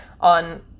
on